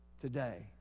today